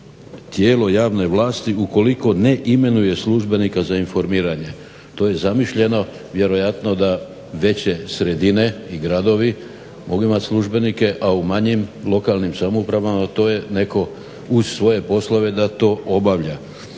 tijelo javne vlasti ukoliko ne imenuje službenika za informiranje. To je zamišljeno vjerojatno da veće sredine i gradovi mogu imati službenike, a u manjim lokalnim samoupravama to je neko uz svoje poslove da to obavlja.